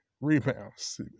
rebounds